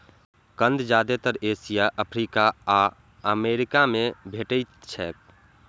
कंद जादेतर Asia, Africa आ अमेरिका मे भेटैत छैक